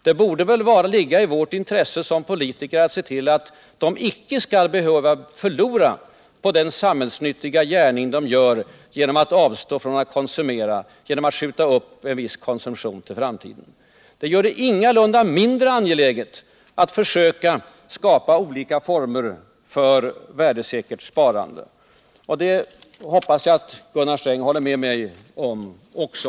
Det borde väl ligga 1 vårt intresse som politiker att se till att de icke skall behöva förlora på den samhällsnyttiga gärning de gör genom att avstå från att konsumera, skjuta upp en viss konsumtion till framtiden. Det gör det ingalunda mindre angeläget av försöka skapa olika former för värdesiäkert sparande. Det hoppas jag att Gunnar Sträng håller med mig om också.